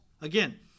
again